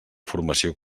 formació